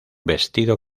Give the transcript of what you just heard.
vestido